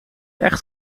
echt